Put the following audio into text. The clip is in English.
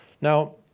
Now